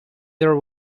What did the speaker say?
their